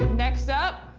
next up,